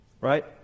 Right